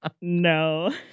No